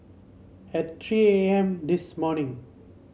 at three A M this morning